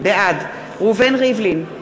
בעד ראובן ריבלין,